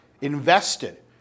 invested